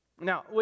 Now